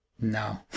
No